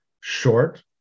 short